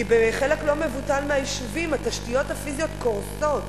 כי בחלק לא מבוטל מהיישובים התשתיות הפיזיות קורסות.